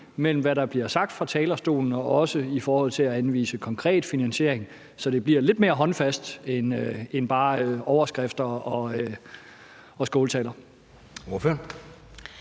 imellem, hvad der bliver sagt fra talerstolen, og hvad der bliver anvist af konkret finansiering, så det bliver lidt mere håndfast end bare overskrifter og skåltaler.